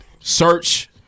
Search